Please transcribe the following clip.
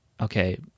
okay